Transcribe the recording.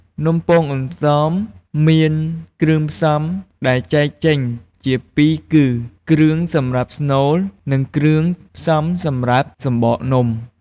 នំពងអន្សងមានគ្រឿងផ្សំ ដែលចែកចេញជាពីរគឺគ្រឿងសម្រាប់ស្នូល និងគ្រឿងផ្សំសម្រាប់សំបកនំ។